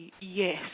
Yes